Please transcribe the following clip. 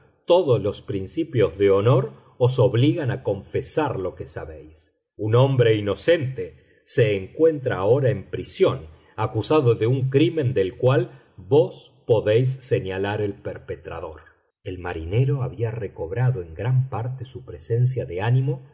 todos los principios de honor os obligan a confesar lo que sabéis un hombre inocente se encuentra ahora en prisión acusado de un crimen del cual vos podéis señalar el perpetrador el marinero había recobrado en gran parte su presencia de ánimo